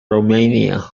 romania